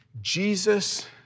Jesus